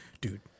dude